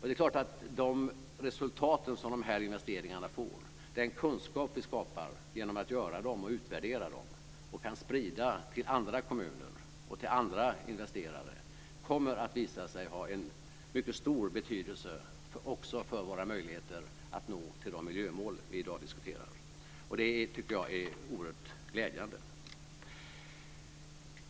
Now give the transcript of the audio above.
Det är klart att de resultat som de här investeringarna får och den kunskap vi skapar genom att göra dem och utvärdera dem och kan sprida till andra kommuner och andra investerare kommer att visa sig ha en mycket stor betydelse också för våra möjligheter att nå till de miljömål vi i dag diskuterar. Det tycker jag är oerhört glädjande.